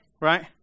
right